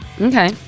Okay